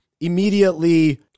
immediately